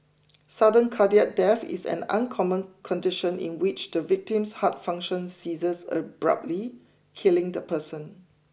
sudden cardiac death is an uncommon condition in which the victim's heart function ceases abruptly killing the person